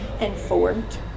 informed